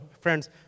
friends